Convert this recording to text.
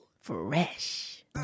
Fresh